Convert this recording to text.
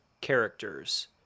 characters